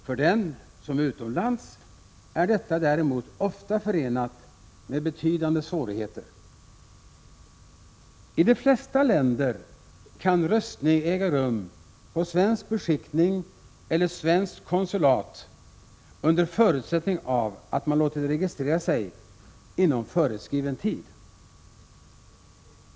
För den som är utomlands är detta däremot ofta förenat med betydande svårigheter. I de flesta länder kan röstning äga rum på svensk beskickning eller svenskt konsulat under förutsättning att man låtit registrera sig inom föreskriven tid.